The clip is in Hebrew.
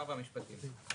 והמשפטים.